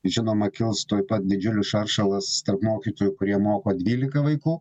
žinoma kils tuoj pat didžiulis šaršalas tarp mokytojų kurie moko dvylika vaikų